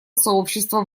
сообщества